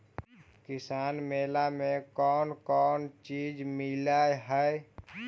किसान मेला मे कोन कोन चिज मिलै है?